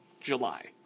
July